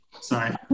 Sorry